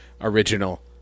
original